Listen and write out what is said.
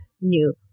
new